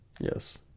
Yes